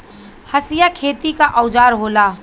हंसिया खेती क औजार होला